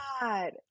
God